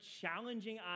challenging